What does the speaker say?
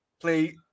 play